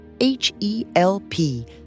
H-E-L-P